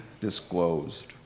disclosed